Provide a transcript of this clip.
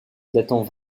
datant